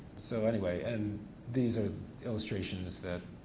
so anyway, and these are illustrations that